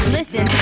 listen